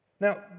Now